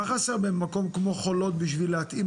מה חסר במקום כמו חולות בשביל להתאים